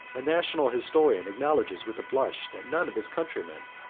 a national historian acknowledges with a blush, that none of his countrymen,